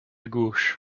gauche